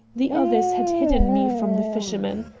the others had hidden me from the fisherman.